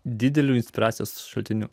dideliu inspiracijos šaltiniu